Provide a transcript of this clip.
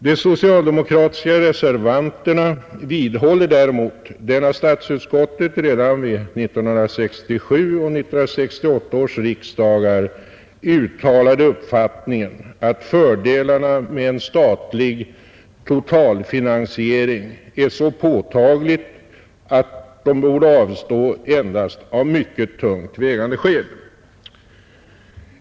De socialdemokratiska reservanterna vidhåller däremot den av statsutskottet redan vid 1967 och 1968 års riksdagar uttalade uppfattningen att fördelarna med en statlig totalfinansiering är så påtagliga att de borde avstås endast av mycket tungt vägande skäl.